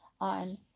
on